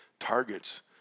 targets